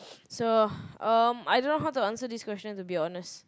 so um I don't know how to answer this question to be honest